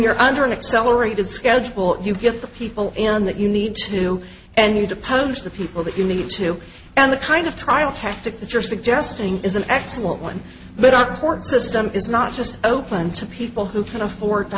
you're under an accelerated schedule you get the people on that you need to and you to punish the people that you need to and the kind of trial tactic that you're suggesting is an excellent one but our court system is not just open to people who can afford to